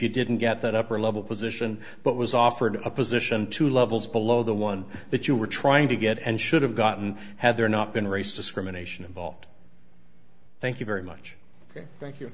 you didn't get that upper level position but was offered a position to levels below the one that you were trying to get and should have gotten had there not been race discrimination involved thank you very much thank you